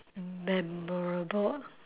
memorable ah